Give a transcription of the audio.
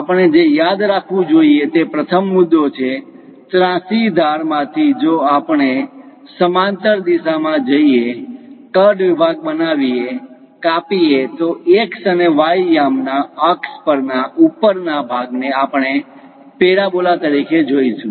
આપણે જે યાદ રાખવું જોઈએ તે પ્રથમ મુદ્દો છે ત્રાસી ધાર માંથી જો આપણે સમાંતર દિશામાં જઈએ કટ વિભાગ બનાવીએ કાપીએ તો x અને y યામ ના અક્ષ પરના ઉપરના ભાગને આપણે પેરાબોલા તરીકે જોઈશું